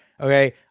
Okay